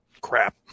crap